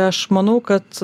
aš manau kad